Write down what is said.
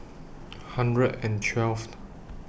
one hundred and twelfth